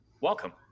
welcome